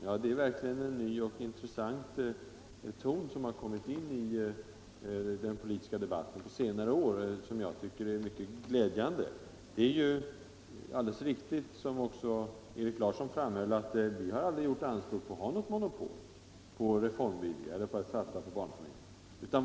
Ja, det är verkligen en ny och intressant ton som har kommit in i den politiska debatten på senare tid, och som jag tycker är mycket glädjande. Det är alldeles riktigt, som också herr Larsson i Öskevik framhöll, att vi aldrig har gjort anspråk på att ha monopol på reformvilja eller på att satsa på barnfamiljerna.